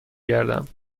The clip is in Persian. گردم